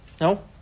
No